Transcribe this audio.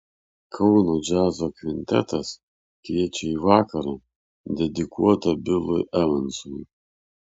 kauno džiazo kvintetas kviečia į vakarą dedikuotą bilui evansui